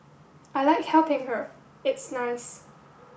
I like helping her it's nice